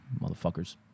motherfuckers